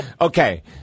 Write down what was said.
Okay